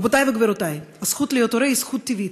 רבותי וגבירותי, הזכות להיות הורה היא זכות טבעית.